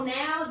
now